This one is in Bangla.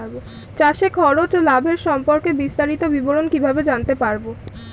চাষে খরচ ও লাভের সম্পর্কে বিস্তারিত বিবরণ কিভাবে জানতে পারব?